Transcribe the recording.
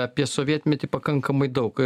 apie sovietmetį pakankamai daug